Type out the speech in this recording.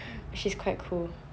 which is quite cool